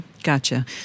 Gotcha